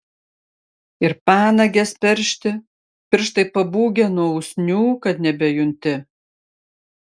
ir panagės peršti pirštai pabūgę nuo usnių kad nebejunti